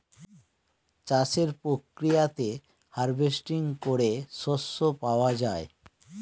চাষের প্রক্রিয়াতে হার্ভেস্টিং করে শস্য পাওয়া যায়